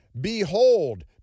Behold